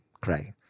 cry